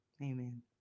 Amen